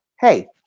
hey